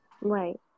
right